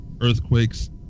earthquakes